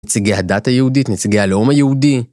נציגי הדת היהודית, נציגי הלאום היהודי.